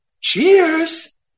Cheers